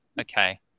okay